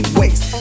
waste